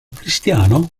cristiano